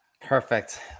Perfect